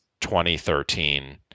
2013